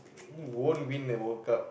won't win the World Cup